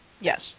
Yes